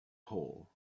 hole